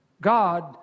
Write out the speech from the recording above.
God